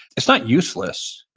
it's not useless.